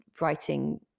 writing